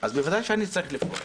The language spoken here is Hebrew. אז בוודאי שאני צריך לפרוש,